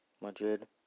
Madrid